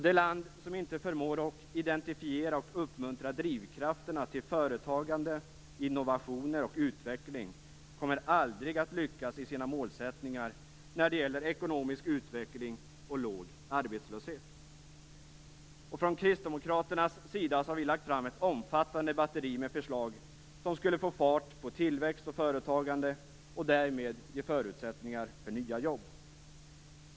Det land som inte förmår identifiera och uppmuntra drivkrafterna till företagande, innovationer och utveckling kommer aldrig att lyckas i sina målsättningar för ekonomisk utveckling och låg arbetslöshet. Från Kristdemokraternas sida har vi lagt fram ett omfattande batteri med förslag som skulle få fart på tillväxt och företagande och därmed ge förutsättningar för nya jobb.